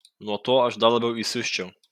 nuo to aš dar labiau įsiusčiau